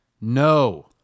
no